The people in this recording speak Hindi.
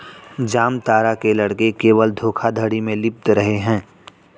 जामतारा के लड़के केवल धोखाधड़ी में लिप्त रहते हैं